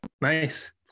Nice